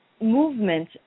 movement